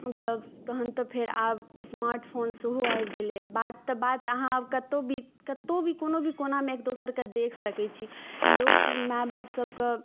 तब तहन तऽ फेर आब स्मार्टफोन सेहो आबि गेलै बात तऽ बात अहाँ अब कतौ भी कतौ भी कोनामे एक दोसरके देख सकै छी लोक माय बाप सबके